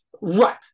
Right